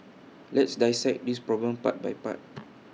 let's dissect this problem part by part